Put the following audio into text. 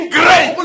great